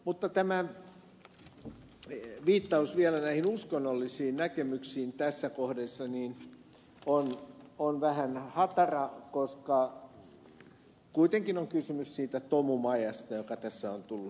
mutta tämä viittaus vielä näihin uskonnollisiin näkemyksiin tässä kohdassa on vähän hatara koska kuitenkin on kysymys siitä tomumajasta mikä tässä on tullut jo esille